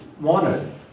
wanted